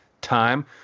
time